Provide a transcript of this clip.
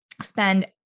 spend